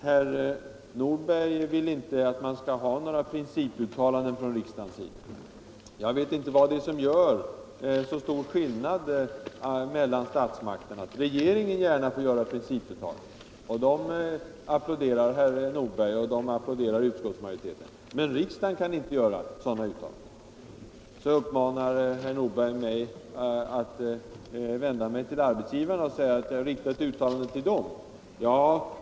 Herr Nordberg vill inte att riksdagen skall göra några principuttalanden. Jag vet inte vad det är som gör så stor skillnad mellan statsmakterna. Regeringen får gärna göra principuttalanden, och dessa applåderar herr Nordberg och utskottsmajoriteten. Men riksdagen kan, anser herr Nordberg, inte göra sådana uttalanden. Herr Nordberg uppmanar mig att rikta en maning till arbetsgivarna.